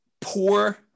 poor